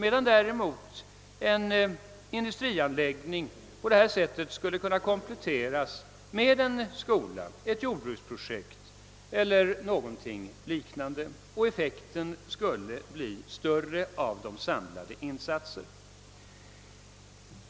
En industrianläggning kan på detta sätt kompletteras med en skola, ett jordbruksprojekt eller någonting liknande, varigenom effekten skulle bli större av de samlade insatserna.